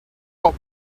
hop